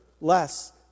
less